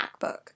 MacBook